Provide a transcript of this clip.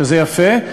שזה יפה,